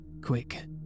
quick